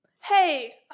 Hey